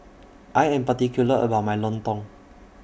I Am particular about My Lontong